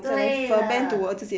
对了